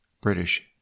British